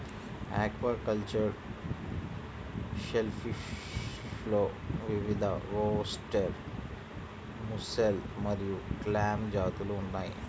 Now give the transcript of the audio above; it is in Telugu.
ఆక్వాకల్చర్డ్ షెల్ఫిష్లో వివిధఓస్టెర్, ముస్సెల్ మరియు క్లామ్ జాతులు ఉన్నాయి